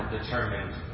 determined